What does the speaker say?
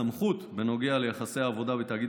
הסמכות בנוגע ליחסי העבודה בתאגיד